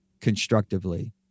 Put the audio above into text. constructively